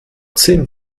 zehn